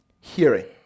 hearing